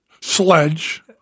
Sledge